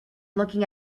looking